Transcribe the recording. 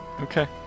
Okay